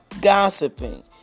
gossiping